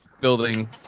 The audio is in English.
building